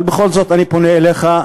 אבל בכל זאת אני פונה אליך,